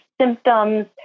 symptoms